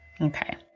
Okay